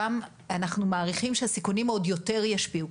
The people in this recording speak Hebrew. שם אנחנו מעריכים שהסיכונים עוד יותר ישפיעו.